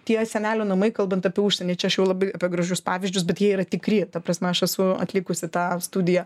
tie senelių namai kalbant apie užsienį čia aš jau labai gražius pavyzdžius bet jie yra tikri ta prasme aš esu atlikusi tą studiją